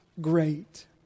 great